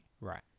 Right